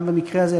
גם במקרה הזה,